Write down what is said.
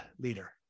leader